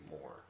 more